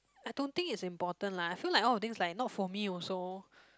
I don't think is important lah I feel like all of things like not for me also